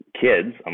kids